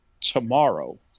tomorrow